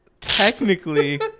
technically